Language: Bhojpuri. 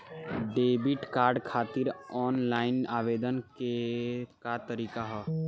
डेबिट कार्ड खातिर आन लाइन आवेदन के का तरीकि ह?